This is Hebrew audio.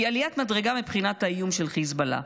היא עליית מדרגה מבחינת האיום של חיזבאללה.